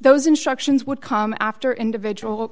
those instructions would come after individual